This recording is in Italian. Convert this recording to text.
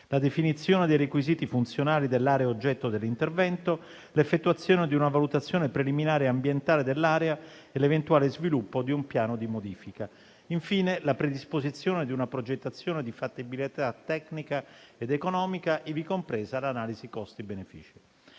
la definizione dei requisiti funzionali dell'area oggetto dell'intervento; l'effettuazione di una valutazione preliminare ambientale dell'area e l'eventuale sviluppo di un piano di modifica e, infine, la predisposizione di una progettazione di fattibilità tecnica ed economica, ivi compresa l'analisi costi-benefici.